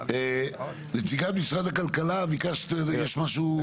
נציגת משרד הכלכלה ביקשת יש משהו?